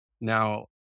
Now